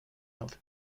elder